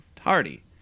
Hardy